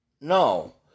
No